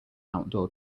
outdoor